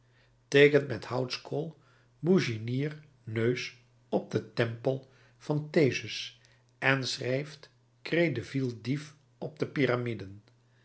teekent met houtskool bouginiers neus op den tempel van theseus en schrijft credeville dief op de pyramiden